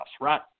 right